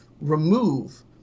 remove